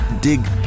dig